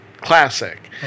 classic